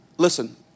listen